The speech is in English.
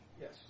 Yes